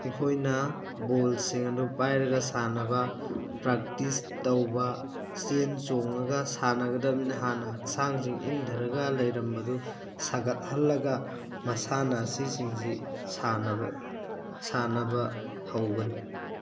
ꯑꯩꯈꯣꯏꯅ ꯕꯣꯜꯁꯤꯡ ꯑꯗꯨ ꯄꯥꯏꯔꯒ ꯁꯥꯟꯅꯕ ꯄ꯭ꯔꯥꯛꯇꯤꯁ ꯇꯧꯕ ꯆꯦꯟ ꯆꯣꯡꯉꯒ ꯁꯥꯟꯅꯒꯗꯕꯅꯤꯅ ꯍꯥꯟꯅ ꯍꯛꯆꯥꯡꯁꯤ ꯏꯪꯊꯔꯒ ꯂꯩꯔꯝꯕꯗꯨ ꯁꯥꯒꯠꯍꯜꯂꯒ ꯃꯁꯥꯟꯅ ꯑꯁꯤꯁꯤꯡꯁꯤ ꯁꯥꯟꯅꯕ ꯁꯥꯟꯅꯕ ꯍꯧꯒꯅꯤ